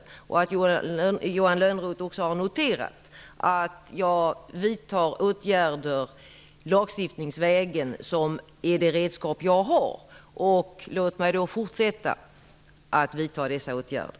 Johan Lönnroth har nog också noterat att jag vidtar åtgärder lagstiftningsvägen. Det är det redskap jag har. Låt mig då fortsätta att vidta dessa åtgärder!